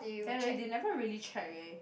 and like they never really check leh